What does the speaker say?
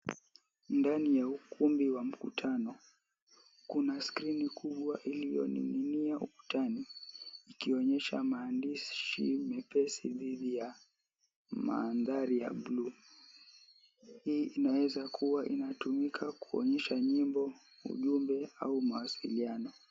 Ndani ya ukumbi wa mkutano kuna skrini kubwa iliyoning'inia ukutani ikionyesha maandishi mepesi dhidi ya mandhari ya buluu. Hii inaweza kuwa inatumika kuonyesha nyimbo, ujumbe au mawasiliano.